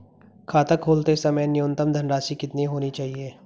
खाता खोलते समय न्यूनतम धनराशि कितनी होनी चाहिए?